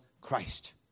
Christ